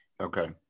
Okay